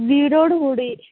വീടോടുകൂടി